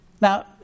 Now